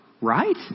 right